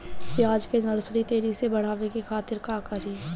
प्याज के नर्सरी तेजी से बढ़ावे के खातिर का करी?